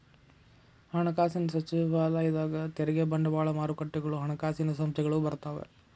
ಹಣಕಾಸಿನ ಸಚಿವಾಲಯದಾಗ ತೆರಿಗೆ ಬಂಡವಾಳ ಮಾರುಕಟ್ಟೆಗಳು ಹಣಕಾಸಿನ ಸಂಸ್ಥೆಗಳು ಬರ್ತಾವ